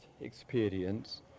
experience